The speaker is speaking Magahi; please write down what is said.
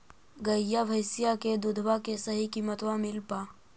गईया भैसिया के दूधबा के सही किमतबा मिल पा?